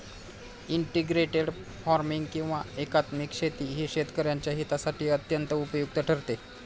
integrated farming किंवा एकात्मिक शेती ही शेतकऱ्यांच्या हितासाठी अत्यंत उपयुक्त ठरते